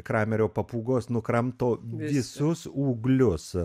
kramerio papūgos nukramto visus ūglius